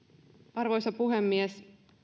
arvoisa puhemies